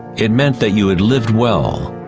it meant that you had lived well